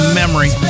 memory